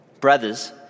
Brothers